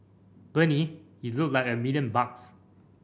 Bernie you look like a million bucks